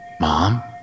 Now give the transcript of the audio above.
Mom